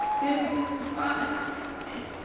you just traumatized me.